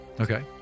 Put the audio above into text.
Okay